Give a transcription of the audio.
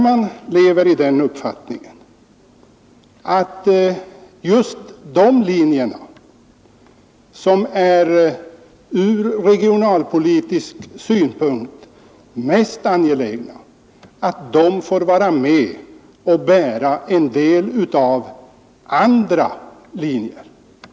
Man lever i den uppfattningen att just de linjer som är ur regionalpolitisk synpunkt mest angelägna får bära en del av kostnaderna för andra linjer och för utrikesflyget.